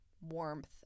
warmth